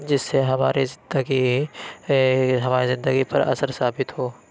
جس سے ہماری زندگی ہماری زندگی پر اثر ثابت ہو